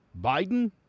Biden